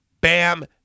Bam